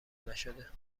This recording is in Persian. نشده